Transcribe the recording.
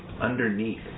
underneath